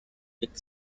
dead